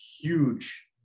huge